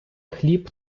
хліб